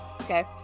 okay